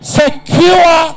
secure